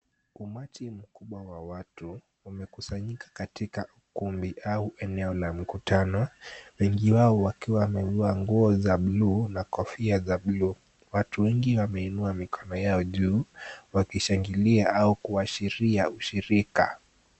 Umati mkubwa wa watu wamekusanyika katika ukumbi au eneo la mkutano, wengi wao wakiwa wameinua nguo za buluu na kofia za buluu. Watu wengi wameinua mikono yao juu wakishangilia au kuashiria ushirika.